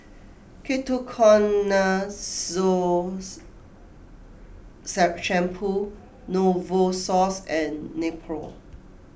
Ketoconazole Shampoo Novosource and Nepro